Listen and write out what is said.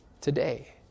today